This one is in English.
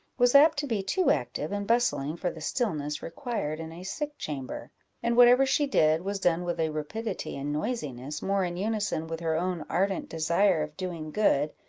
was apt to be too active and bustling for the stillness required in a sick chamber and whatever she did, was done with a rapidity and noisiness, more in unison with her own ardent desire of doing good,